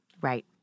Right